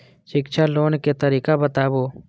शिक्षा लोन के तरीका बताबू?